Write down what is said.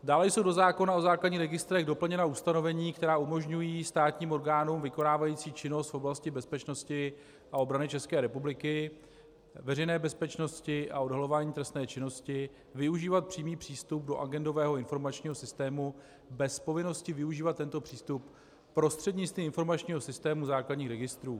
Dále jsou do zákona o základních registrech doplněna ustanovení, která umožňují státním orgánům vykonávajícím činnost v oblasti bezpečnosti a obrany České republiky, veřejné bezpečnosti a odhalování trestné činnosti využívat přímý přístup do agendového informačního systému bez povinnosti využívat tento přístup prostřednictvím informačního systému základních registrů.